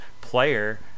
player